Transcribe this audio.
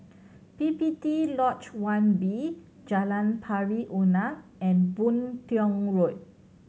P P T Lodge One B Jalan Pari Unak and Boon Tiong Road